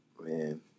Man